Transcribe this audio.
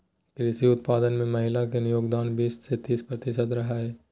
कृषि उत्पादन में महिला के योगदान बीस से तीस प्रतिशत रहा हइ